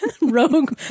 rogue